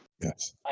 Yes